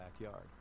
backyard